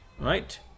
Right